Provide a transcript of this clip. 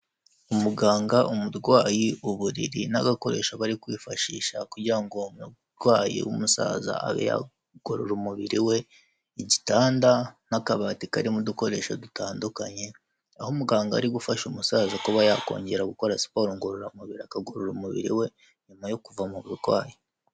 Umuganga, umurwayi, uburiri n'agakoresho bari kwifashisha kugira uwo umurwayi w'umusaza abe yagorora umubiri we, igitanda n'akabati karimo udukoresho dutandukanye, aho umuganga ari gufasha umusaza kuba yakongera gukora siporo ngororaumubiri akagorora umubiri we, nyuma yo kuva mu burwayi.